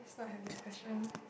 let's not have this question